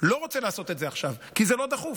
אני לא רוצה לעשות את זה עכשיו, כי זה לא דחוף.